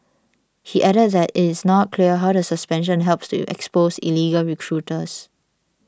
he added that it is not clear how the suspension helps to expose illegal recruiters